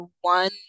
one